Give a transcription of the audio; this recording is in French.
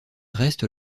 reste